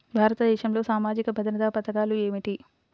భారతదేశంలో సామాజిక భద్రతా పథకాలు ఏమిటీ?